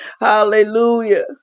hallelujah